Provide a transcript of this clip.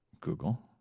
Google